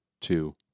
two